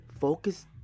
focus